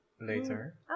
later